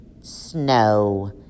snow